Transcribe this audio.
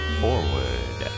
forward